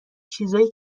چیزای